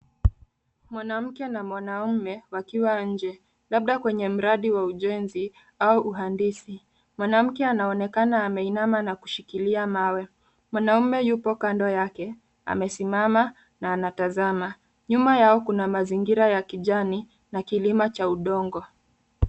Mwanamke na mwanaume wakiwa nje, labda kwenye mradi wa ujenzi au uhandisi. Mwanamke anaonekana ameinama na kushikilia mawe. Mwanaume yupo kando yake amesimama na anatazama. Nyuma yao kuna mazingira ya kijani na kilima cha udongo.